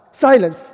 Silence